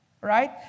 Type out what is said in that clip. Right